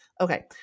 okay